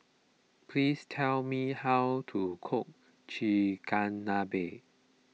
please tell me how to cook Chigenabe